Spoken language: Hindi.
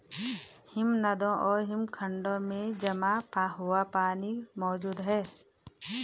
हिमनदों और हिमखंडों में जमा हुआ पानी मौजूद हैं